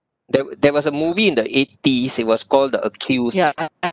there there was a movie in the eighties it was called the accused